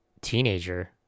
teenager